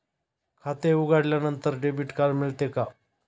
खाते उघडल्यानंतर debit card मिळते का?